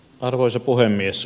arvoisa puhemies